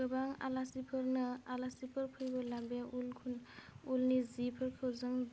गोबां आलासिफोरनो आलासिफोर फैबोला बे उलखौ उलनि जिफोरखौ जों